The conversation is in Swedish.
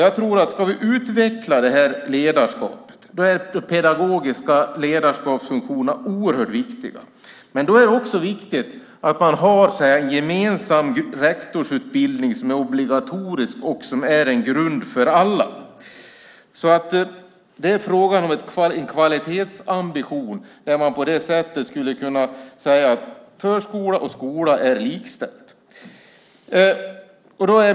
Jag tror att om vi ska utveckla det här ledarskapet är de pedagogiska ledarskapsfunktionerna oerhört viktiga. Då är det också viktigt att man har en gemensam rektorsutbildning som är obligatorisk och en grund för alla. Det är alltså fråga om en kvalitetsambition där man på det sättet skulle kunna säga att förskola och skola är likställda.